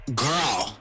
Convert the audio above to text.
girl